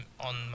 on